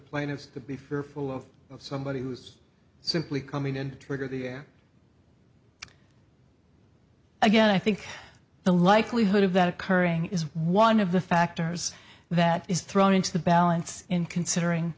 plaintiffs to be fearful of somebody who's simply coming in we're going there again i think the likelihood of that occurring is one of the factors that is thrown into the balance in considering